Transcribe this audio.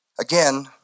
Again